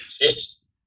Yes